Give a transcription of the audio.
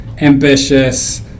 ambitious